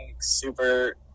super